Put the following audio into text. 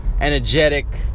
energetic